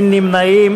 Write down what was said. קבוצת סיעת העבודה,